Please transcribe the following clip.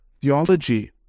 theology